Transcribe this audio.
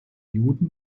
juden